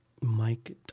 Mike